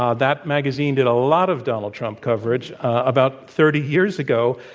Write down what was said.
ah that magazine did a lot of donald trump coverage about thirty years ago.